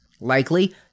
Likely